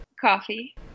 Coffee